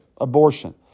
abortion